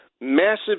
massive